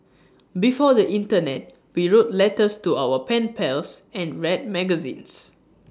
before the Internet we wrote letters to our pen pals and read magazines